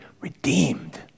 redeemed